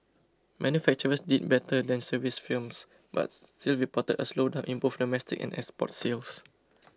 manufacturers did better than services firms but still reported a slowdown in both domestic and export sales